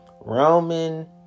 Roman